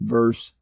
Verse